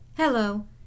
Hello